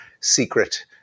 secret